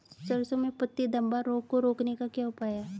सरसों में पत्ती धब्बा रोग को रोकने का क्या उपाय है?